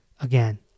again